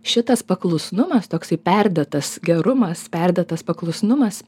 šitas paklusnumas toksai perdėtas gerumas perdėtas paklusnumas